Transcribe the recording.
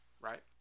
right